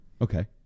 Okay